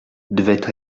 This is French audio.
devait